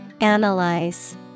Analyze